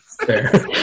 fair